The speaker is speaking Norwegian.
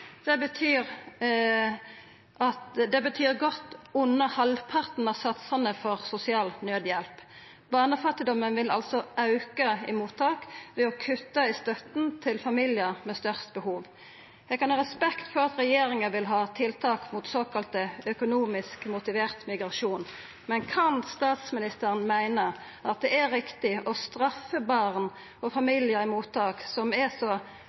Det betyr godt under halvparten av satsen for sosial naudhjelp. Barnefattigdomen vil altså auka i mottak ved å kutta i støtta til familiar med størst behov. Eg kan ha respekt for at regjeringa vil ha tiltak mot såkalla økonomisk motivert migrasjon, men kan statsministeren meina at det er riktig å straffa barn i familiar i mottak som er så